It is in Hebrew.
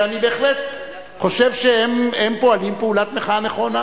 ואני בהחלט חושב שהם פועלים פעולת מחאה נכונה.